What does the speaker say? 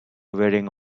wearing